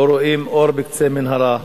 לא רואים אור בקצה המנהרה.